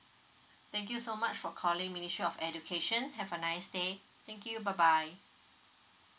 thank you so much for calling ministry of education have a nice day thank you bye bye